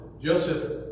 Joseph